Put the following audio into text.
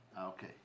Okay